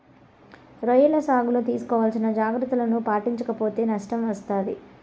రొయ్యల సాగులో తీసుకోవాల్సిన జాగ్రత్తలను పాటించక పోతే నష్టం వస్తాది